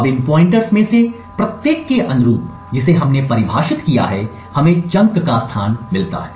अब इन पॉइंटरस में से प्रत्येक के अनुरूप जिसे हमने परिभाषित किया है हमें चंक का स्थान मिलता है